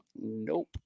nope